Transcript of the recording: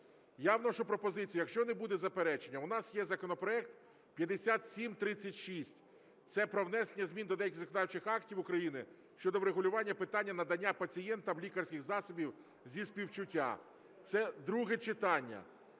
Я вношу пропозицію, якщо не буде заперечень, у нас є законопроект 5736, це про внесення змін до деяких законодавчих актів України щодо врегулювання питання надання пацієнтам лікарських засобів зі співчуття, це друге читання.